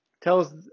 tells